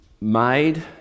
made